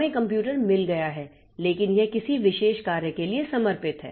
हमें कंप्यूटर मिल गया है लेकिन यह किसी विशेष कार्य के लिए समर्पित है